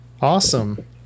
awesome